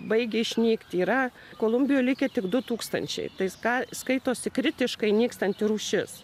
baigia išnykti yra kolumbijoje likę tik du tūkstančiai tai ką skaitosi kritiškai nykstanti rūšis